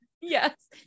Yes